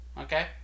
okay